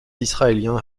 israéliens